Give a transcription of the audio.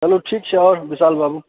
चलू ठीक छै आओर विशाल बाबू